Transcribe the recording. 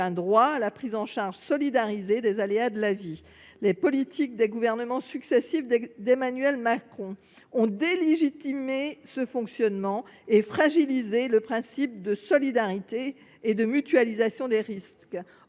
droit à la prise en charge solidarisée des aléas de la vie. Les politiques des gouvernements successifs d’Emmanuel Macron ont délégitimé ce fonctionnement et fragilisé le principe de solidarité et de mutualisation des risques.